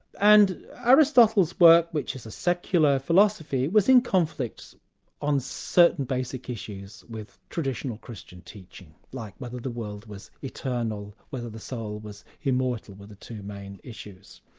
and aristotle's work, which is a secular philosophy, was in conflict on certain basic issues with traditional christian teaching, like whether the world was eternal, whether the soul was immortal, were the two main issues.